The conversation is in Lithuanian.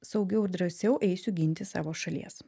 saugiau ir drąsiau eisiu ginti savo šalies